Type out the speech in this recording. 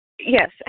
Yes